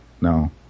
no